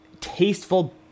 tasteful